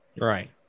Right